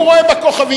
הוא רואה בכוכבים,